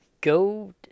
go